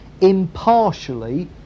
impartially